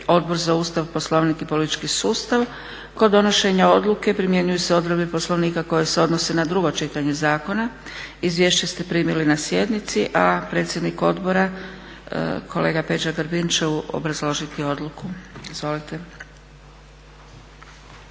Odbora za Ustav, Poslovnik i politički sustav. Kod donošenja odluke primjenjuju se odredbe Poslovnika koje se odnose na drugo čitanje zakona. Izvješće ste primili na sjednici. A predsjednik odbora kolega Peđa Grbin će obrazložiti odluku. Izvolite.